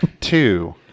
Two